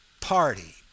Party